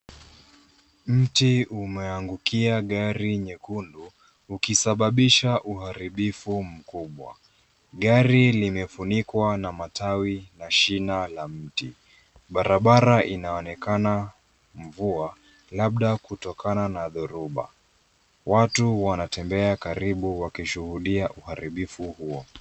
Mti umeangukia gari nyekundu ukisababisha uharibifu mkubwa. Gari limefunikwa na matawi na shina la mti. Barabara inaonekana mvua labda kutokana na dhoruba. Watu wanatembea karibu wakishuhudia uharibifu huo.